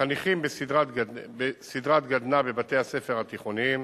חניכים בסדרת גדנ"ע בבתי-הספר התיכוניים,